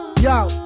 Yo